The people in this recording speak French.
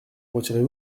retirez